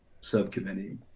subcommittee